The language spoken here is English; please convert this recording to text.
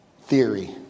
theory